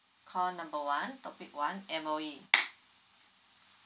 call number one topic one M_O_E